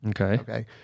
Okay